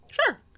sure